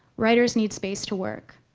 writers need space to work.